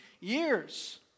years